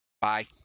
Bye